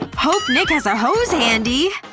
hope nick has a hose handy!